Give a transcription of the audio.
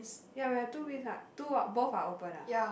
ya we have two this ah two both are open ah